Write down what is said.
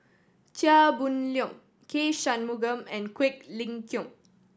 Chia Boon Leong K Shanmugam and Quek Ling Kiong